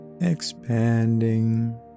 Expanding